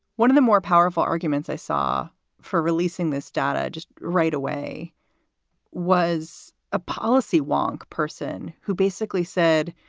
one of the more powerful arguments i saw for releasing this data just right away was a policy wonk person who basically said,